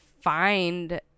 find